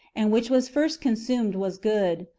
and which was first consumed, was good.